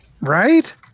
right